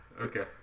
Okay